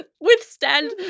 withstand